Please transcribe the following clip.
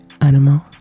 animals